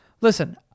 Listen